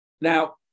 now